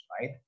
right